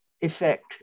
effect